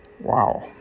Wow